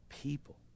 people